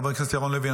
חבר הכנסת ירון לוי,